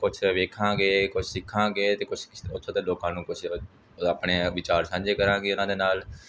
ਕੁਛ ਵੇਖਾਂਗੇ ਕੁਛ ਸਿੱਖਾਂਗੇ ਅਤੇ ਕੁਛ ਉੱਥੋਂ ਦੇ ਲੋਕਾਂ ਨੂੰ ਕੁਛ ਆਪਣੇ ਵਿਚਾਰ ਸਾਂਝੇ ਕਰਾਂਗੇ ਉਹਨਾਂ ਦੇ ਨਾਲ